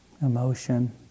Emotion